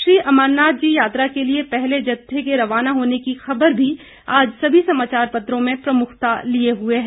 श्री अमरनाथ जी यात्रा के लिए पहले जत्थे के रवाना होने की ख़बर भी आज सभी समाचार पत्रों में प्रमुखता लिए हुए है